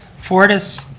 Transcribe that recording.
fortis,